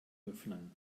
öffnen